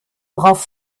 worauf